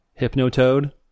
Hypnotoad